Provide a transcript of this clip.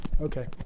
okay